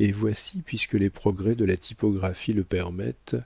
et voici puisque les progrès de la typographie le permettent